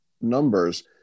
numbers